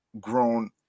grown